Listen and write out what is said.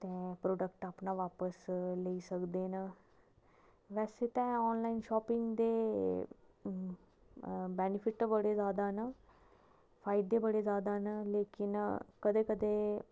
ते प्रोडक्ट अपना बापस लेई सकदे न बेसे ते आनॅलाइन शापिंग दे बेनिफिट बडे़ ज्यादा ना फायदे बडे़ ज्यादा ना लैकिन कदें कदें